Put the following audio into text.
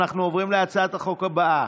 אנחנו עוברים להצעת החוק הבאה,